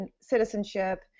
citizenship